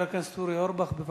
חבר הכנסת אורי אורבך, בבקשה.